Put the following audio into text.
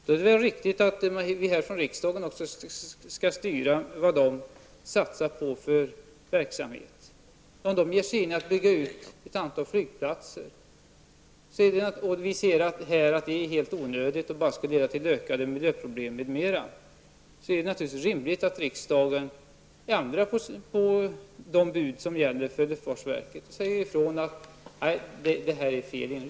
Då är det väl också riktigt att vi här ifrån riksdagen styr den verksamhet som verket skall bedriva. Om verket vill bygga ut ett antal flygplatser och vi anser det vara helt onödigt och att det skulle leda till ökade miljöproblem, är det naturligtvis rimligt att riksdagen säger ifrån att denna inriktning är felaktig.